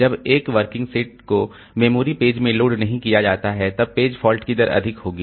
जब तक working set को मेमोरी पेज में लोड नहीं किया जाता है तब पेज फॉल्ट की दर अधिक होगी